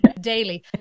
daily